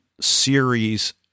series